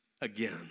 again